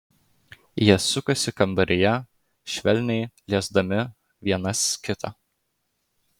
jie sukasi kambaryje švelniai liesdami vienas kitą